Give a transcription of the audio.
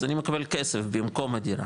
אז אני מקבל כסף במקום הדירה,